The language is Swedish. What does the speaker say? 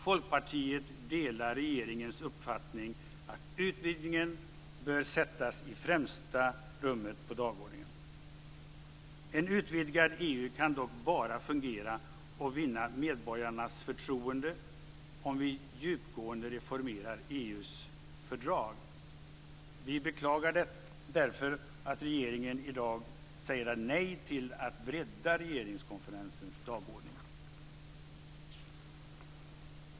Folkpartiet delar regeringens uppfattning att utvidgningen bör sättas främst på dagordningen. Ett utvidgat EU kan dock bara fungera och vinna medborgarnas förtroende om vi djupgående reformerar EU:s fördrag. Vi beklagar därför att regeringen i dag säger nej till att bredda regeringskonferensens dagordning.